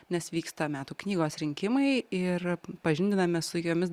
nes vyksta metų knygos rinkimai ir pažindiname su jomis